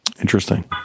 interesting